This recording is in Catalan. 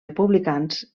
republicans